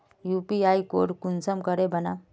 UPI code कुंसम करे बनाम?